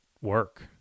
work